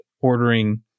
ordering